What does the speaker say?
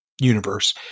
universe